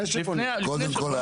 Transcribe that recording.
לפני שבונים --- קודם כל,